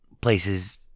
places